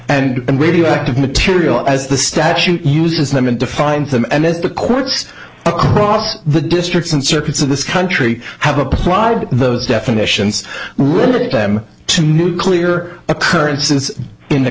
and radioactive material as the statute uses them defines them and then the courts across the districts and circuits of this country have applied those definitions them to nuclear occurrences in the